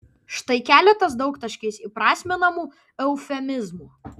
štai keletas daugtaškiais įprasminamų eufemizmų